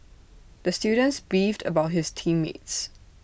the students beefed about his team mates